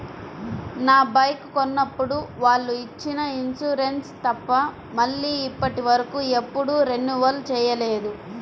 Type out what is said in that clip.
నా బైకు కొన్నప్పుడు వాళ్ళు ఇచ్చిన ఇన్సూరెన్సు తప్ప మళ్ళీ ఇప్పటివరకు ఎప్పుడూ రెన్యువల్ చేయలేదు